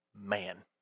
man